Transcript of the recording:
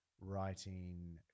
writing